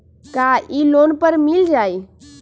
का इ लोन पर मिल जाइ?